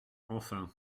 enfin